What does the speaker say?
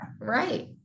Right